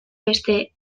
beste